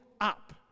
up